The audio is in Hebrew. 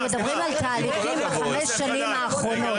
אנחנו מדברים על התהליכים בחמש השנים האחרונות.